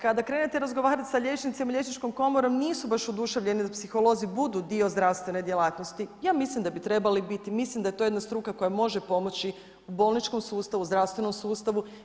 Kada krenete razgovarati sa liječnicima i liječničkom komorom nisu baš oduševljeni da psiholozi budu dio zdravstvene djelatnosti, ja mislim da bi trebali biti, mislim da je to jedna struka koja može pomoći u bolničkom sustavu, zdravstvenom sustavu.